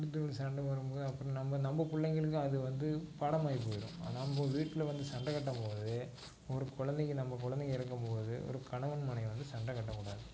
குடும்பத்தில் சண்டை வரும் போது அப்புறம் நம்ம நம்ம பிள்ளைங்களுக்கும் அது வந்து பாடம் ஆகிப் போயிடும் நம்ம வீட்டில் வந்து சண்டை கட்டும் போது ஒரு கொழந்தைக நம்ம கொழந்தைக இருக்கும் போது ஒரு கணவன் மனைவி வந்து சண்டை கட்டக்கூடாது